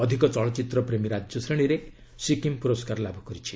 ଅଧିକ ଚଳଚ୍ଚିତ୍ରପ୍ରେମୀ ରାଜ୍ୟ ଶ୍ରେଣୀରେ ସିକ୍କିମ୍ ପୁରସ୍କାର ଲାଭ କରୁଛି